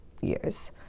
years